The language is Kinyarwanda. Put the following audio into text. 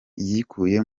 yikuye